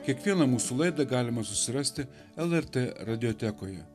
kiekvieną mūsų laidą galima susirasti lrt radiotekoje